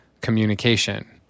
communication